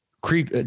Creep